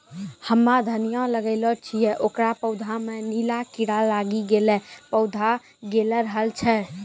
हम्मे धनिया लगैलो छियै ओकर पौधा मे नीला कीड़ा लागी गैलै पौधा गैलरहल छै?